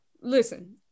Listen